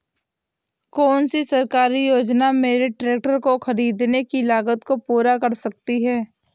कौन सी सरकारी योजना मेरे ट्रैक्टर को ख़रीदने की लागत को पूरा कर सकती है?